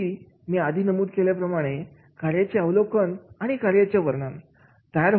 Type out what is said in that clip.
जसे की मी नमूद केल्याप्रमाणे कार्याचे अवलोकन आणि कार्याचे वर्णन